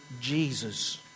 Jesus